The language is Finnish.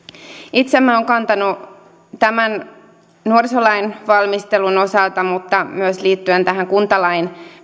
itse minä olen kantanut tämän nuorisolain valmistelun osalta mutta myös liittyen tähän kuntalain